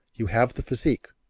you have the physique,